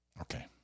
Okay